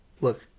Look